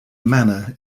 manner